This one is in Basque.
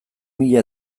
mila